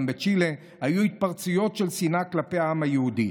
גם בצ'ילה היו התפרצויות של שנאה כלפי העם היהודי.